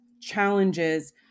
challenges